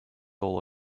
all